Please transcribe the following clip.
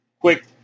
Quick